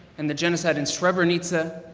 and the genocide in srebrenica.